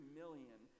million